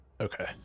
Okay